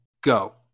go